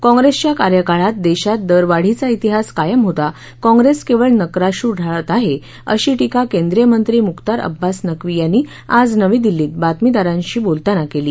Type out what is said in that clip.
काँग्रेसच्या कार्यकाळात देशात दरवाढीचा इतिहास कायम होता काँग्रेस केवळ नक्राश्रू ढाळत आहे अशी टीका केंद्रीय मंत्री मुख्तार अब्बास नक्वी यांनी आज नवी दिल्लीत बातमीदारांशी बोलताना केली